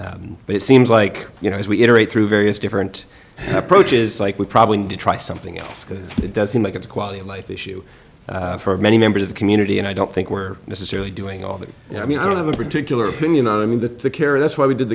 it but it seems like you know as we iterate through various different approaches like we probably need to try something else because it does seem like it's a quality of life issue for many members of the community and i don't think we're necessarily doing all that you know i mean i don't have a particular opinion i mean that the care that's why we did